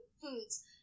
foods